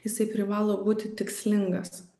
jisai privalo būti tikslingas